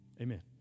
amen